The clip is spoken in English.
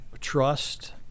trust